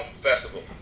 Festival